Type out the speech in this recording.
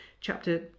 Chapter